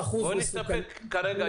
נסתפק בזה כרגע.